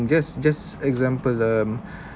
just just example um